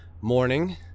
morning